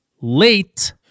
late